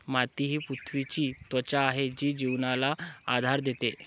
माती ही पृथ्वीची त्वचा आहे जी जीवनाला आधार देते